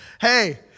hey